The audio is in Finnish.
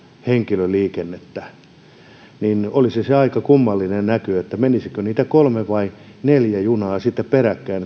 henkilöliikennettä olisi aika kummallinen näky menisikö niitä kolme vai neljä junaa sitten peräkkäin